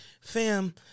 Fam